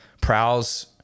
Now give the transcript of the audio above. Prowl's